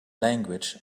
language